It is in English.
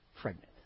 pregnant